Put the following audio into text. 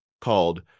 called